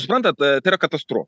suprantat tai yra katastrofa